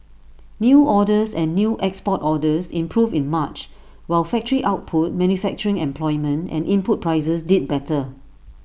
new orders and new export orders improved in March while factory output manufacturing employment and input prices did better